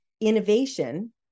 innovation